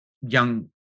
young